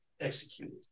executed